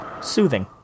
soothing